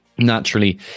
Naturally